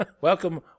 Welcome